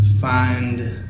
find